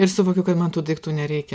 ir suvokiu kad man tų daiktų nereikia